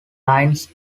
lines